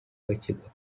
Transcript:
bakeka